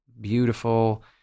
beautiful